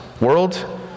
world